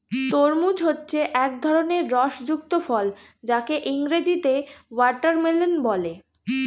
তরমুজ হচ্ছে এক ধরনের রস যুক্ত ফল যাকে ইংরেজিতে ওয়াটারমেলান বলে